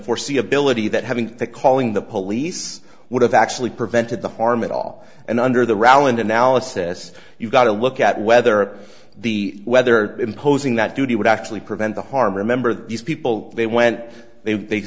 foreseeability that having the calling the police would have actually prevented the harm at all and under the wral and analysis you've got to look at whether the whether imposing that duty would actually prevent the harm remember these people they went they th